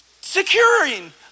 securing